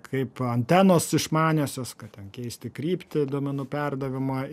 kaip antenos išmaniosios kad ten keisti kryptį duomenų perdavimą